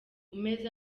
umeze